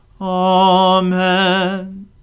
Amen